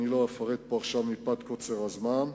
אני לא אפרט פה עכשיו, מפאת קוצר הזמן.